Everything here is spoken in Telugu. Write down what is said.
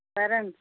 సరే అండి